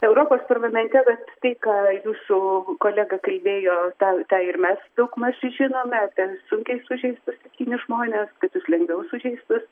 europos parlamente tai ką su kolega kalbėjo tą tą ir mes daugmaž žinome apie sunkiai sužeistus septynis žmones kitus lengviau sužeistus